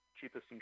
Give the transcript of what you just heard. cheapest